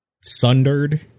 Sundered